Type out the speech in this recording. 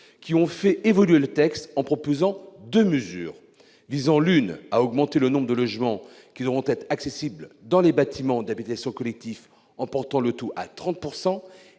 qui ont fait évoluer le texte en proposant deux mesures visant, l'une, à augmenter le nombre de logements qui devront être accessibles, dans les bâtiments d'habitation collectifs neufs, en portant le taux à 30